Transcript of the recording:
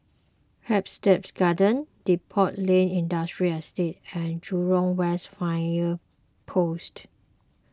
Hampstead Gardens Depot Lane Industrial Estate and Jurong West Fire Post